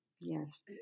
yes